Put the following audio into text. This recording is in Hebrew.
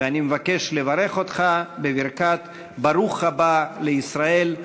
אני מבקש לברך אותך בברכת ברוך הבא לישראל.